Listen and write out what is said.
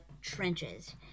trenches